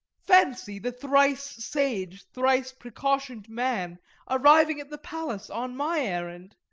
fancy the thrice-sage, thrice-pre cautioned man arriving at the palace on my errand!